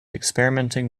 experimenting